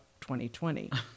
2020